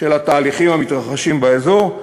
של התהליכים המתרחשים באזור,